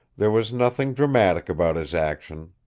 there was nothing dramatic about his action.